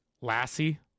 Lassie